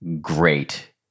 great